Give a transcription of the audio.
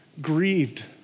grieved